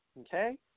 Okay